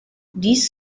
these